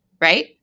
right